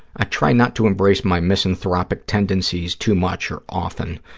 i try not to embrace my misanthropic tendencies too much or often.